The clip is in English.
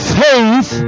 faith